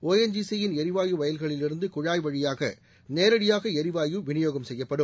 ONGC யின் எரிவாயு வயல்களிலிருந்து குழாய் வழியாக நேரடியாக எரிவாயு விநியோகம் செய்யப்படும்